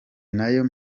nayo